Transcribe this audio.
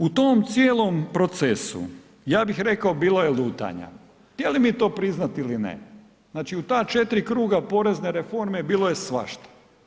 U tom cijelom procesu, ja bih rekao bilo je lutanja, htjeli mi to priznati ili ne, znači u ta četiri kruga porezne reforme bilo je svašta.